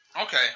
okay